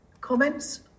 comments